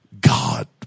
God